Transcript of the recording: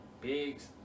Bigs